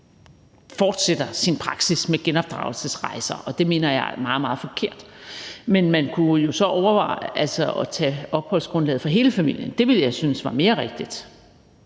fortsætter sin praksis med genopdragelsesrejser, og det mener jeg er meget, meget forkert. Men man kunne jo så overveje at tage opholdsgrundlaget fra hele familien – det ville jeg synes var mere rigtigt.